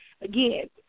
again